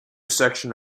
section